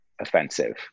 offensive